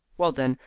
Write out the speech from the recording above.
well, then,